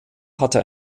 hatte